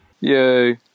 Yay